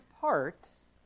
parts